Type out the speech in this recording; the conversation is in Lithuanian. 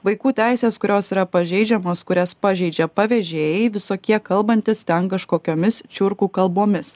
vaikų teisės kurios yra pažeidžiamos kurias pažeidžia pavėžėjai visokie kalbantys ten kažkokiomis čiurkų kalbomis